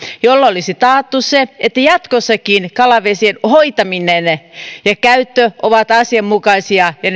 jolla olisi taattu se että jatkossakin kalavesien hoitaminen ja käyttö ovat asianmukaisia ja